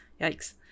Yikes